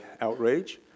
outrage